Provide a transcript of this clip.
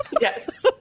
Yes